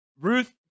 Ruth